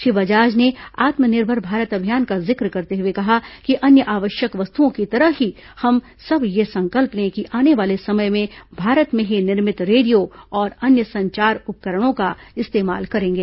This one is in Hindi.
श्री बजाज ने आत्मनिर्भर भारत अभियान का जिक्र करते हुए कहा कि अन्य आवश्यक वस्तुओं की तरह ही हम सब यह संकल्प लें कि आने वाले समय में भारत में ही निर्मित रेडियो और अन्य संचार उपकरणों का इस्तेमाल करेंगे